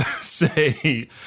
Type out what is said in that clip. say